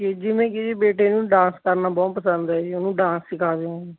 ਕਿ ਜਿਵੇਂ ਕਿ ਜੀ ਬੇਟੇ ਨੂੰ ਡਾਂਸ ਕਰਨਾ ਬਹੁਤ ਪਸੰਦ ਹੈ ਜੀ ਉਹਨੂੰ ਡਾਂਸ ਸਿਖਾ ਦਿਉ